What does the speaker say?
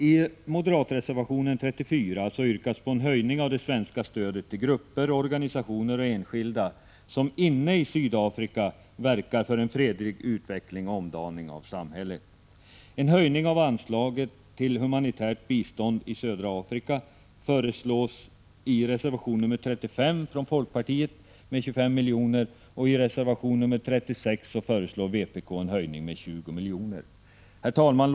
I moderatreservationen nr 34 yrkas på en höjning av det 16 april 1986 svenska stödet till grupper, organisationer och enskilda som inne i Sydafrika än so oo verkar för en fredlig utveckling och omdaning av samhället. En höjning av anslaget till humanitärt bistånd i södra Afrika med 25 milj.kr. föreslås i reservation nr 35 från folkpartiet, och i reservation nr 36 föreslår vpk en höjning med 20 milj.kr. Herr talman!